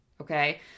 Okay